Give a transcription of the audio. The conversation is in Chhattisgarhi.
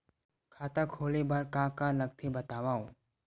खाता खोले बार का का लगथे बतावव?